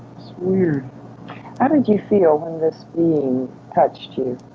weird how did you feel when this being touched you?